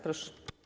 Proszę.